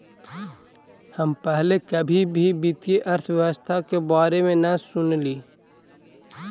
हम पहले कभी भी वित्तीय अर्थशास्त्र के बारे में न सुनली